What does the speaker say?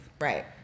right